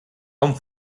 kaum